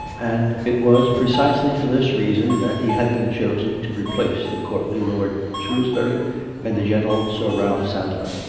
and it was precisely for this reason that he had been chosen to replace the courtly lord shrewsbury and the gentle sir ralph sadler.